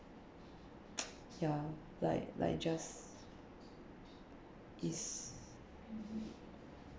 ya like like just it's